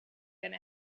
going